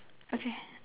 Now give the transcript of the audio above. okay